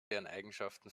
eigenschaften